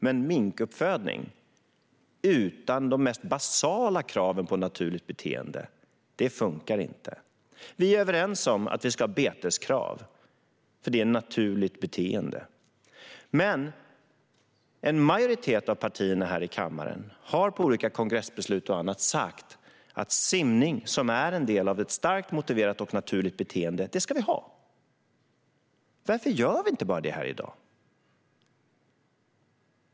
Men minkuppfödning utan de mest basala kraven på naturligt beteende funkar inte. Vi är överens om att vi ska ha beteskrav, för det är ett naturligt beteende. En majoritet av partierna här i kammaren har genom olika kongressbeslut och annat sagt att vi ska ha simning, som är en del av ett starkt motiverat och naturligt beteende. Varför beslutar vi inte bara om det här i dag?